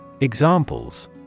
Examples